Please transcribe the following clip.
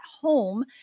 home